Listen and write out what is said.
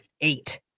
eight